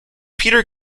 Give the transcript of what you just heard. peter